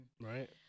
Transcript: right